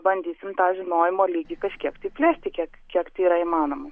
bandysim tą žinojimo lygį kažkiek tai plėsti kiek kiek tai yra įmanoma